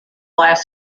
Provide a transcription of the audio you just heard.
last